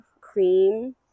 cream